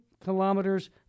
kilometers